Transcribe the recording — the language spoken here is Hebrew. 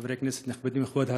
חברי כנסת נכבדים, כבוד השר,